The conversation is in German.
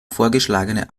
vorgeschlagene